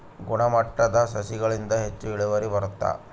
ಗುಣಮಟ್ಟ ಸಸಿಗಳಿಂದ ಹೆಚ್ಚು ಇಳುವರಿ ಬರುತ್ತಾ?